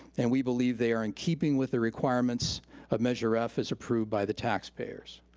and we believe they are in keeping with the requirements of measure f, as approved by the taxpayers.